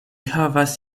havas